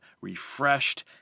refreshed